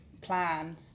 plan